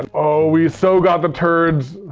oh, we so got the turds.